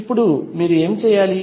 ఇప్పుడు మీరు ఏమి చేయాలి